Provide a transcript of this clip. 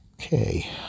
Okay